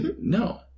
No